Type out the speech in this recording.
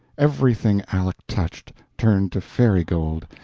everything aleck touched turned to fairy gold,